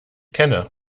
kenne